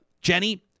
Jenny